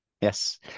Yes